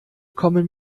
kommen